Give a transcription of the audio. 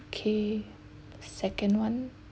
okay second one